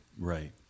Right